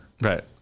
Right